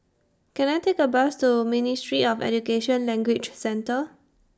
Can I Take A Bus to Ministry of Education Language Centre